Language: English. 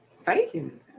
faking